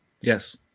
yes